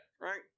right